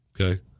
Okay